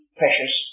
precious